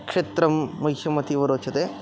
क्षेत्रं मह्यमतीव रोचते